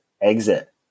exit